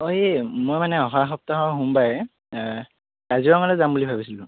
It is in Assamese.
অঁ এই মই মানে অহা সপ্তাহৰ সোমবাৰে কাজিৰঙালৈ যাম বুলি ভাবিছিলোঁ